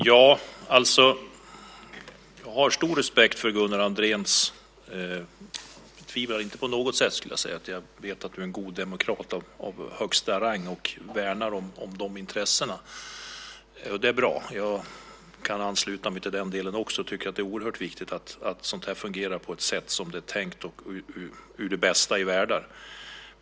Fru talman! Jag har stor respekt för Gunnar Andrén. Jag vet att han är en god demokrat av högsta rang och att han värnar om de demokratiska intressena. Det är bra. Jag tycker att det är oerhört viktigt att sådant här fungerar på det sätt som det är tänkt.